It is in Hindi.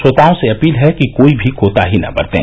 श्रोताओं से अपील है कि कोई भी कोताही न बरतें